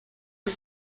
los